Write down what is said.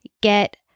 get